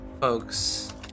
folks